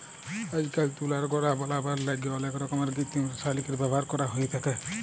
আইজকাইল তুলার গলা বলাবার ল্যাইগে অলেক রকমের কিত্তিম রাসায়লিকের ব্যাভার ক্যরা হ্যঁয়ে থ্যাকে